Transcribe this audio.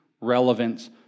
relevance